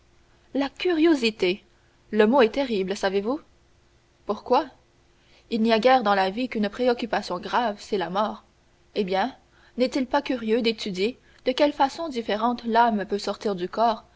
la curiosité le mot est terrible savez-vous pourquoi il n'y a guère dans la vie qu'une préoccupation grave c'est la mort eh bien n'est-il pas curieux d'étudier de quelles façons différentes l'âme peut sortir du corps